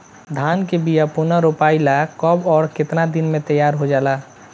धान के बिया पुनः रोपाई ला कब और केतना दिन में तैयार होजाला?